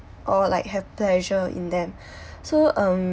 or like have pleasure in them so um